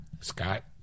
Scott